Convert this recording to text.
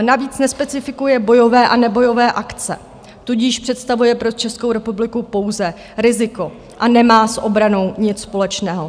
Navíc nespecifikuje bojové a nebojové akce, tudíž představuje pro Českou republiku pouze riziko a nemá s obranou nic společného.